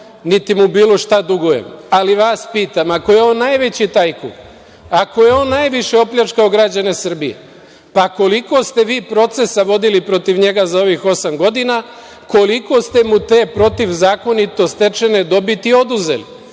niti mu bilo šta dugujem. Ali, vas pitam – ako je on najveći tajkun, ako je on najviše opljačkao građane Srbije, pa koliko ste vi procesa vodili protiv njega za ovih osam godina, koliko ste mu te protivzakonito stečene dobiti